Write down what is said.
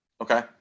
Okay